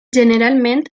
generalment